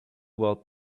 about